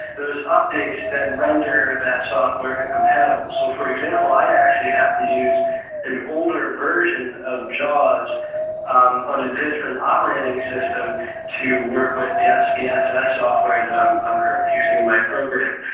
those updates then render that software incompatible. so for example, i actually have to use an older version of jaws on a different operating system to work with the ah spss software that i'm i'm currently using in my program.